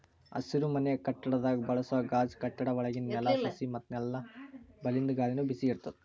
ಹಸಿರುಮನೆ ಕಟ್ಟಡದಾಗ್ ಬಳಸೋ ಗಾಜ್ ಕಟ್ಟಡ ಒಳಗಿಂದ್ ನೆಲ, ಸಸಿ ಮತ್ತ್ ನೆಲ್ದ ಬಲ್ಲಿಂದ್ ಗಾಳಿನು ಬಿಸಿ ಇಡ್ತದ್